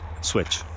switch